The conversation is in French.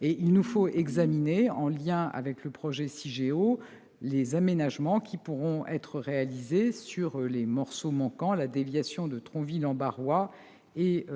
Il nous faut encore examiner, en lien avec le projet Cigéo, les aménagements qui pourront être réalisés sur les morceaux manquants, la déviation de Tronville-en-Barrois et